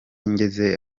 ngeze